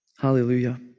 hallelujah